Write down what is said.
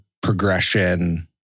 progression